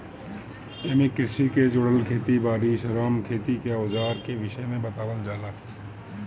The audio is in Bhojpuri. एमे कृषि के जुड़ल खेत बारी, श्रम, खेती के अवजार के विषय में बतावल जाला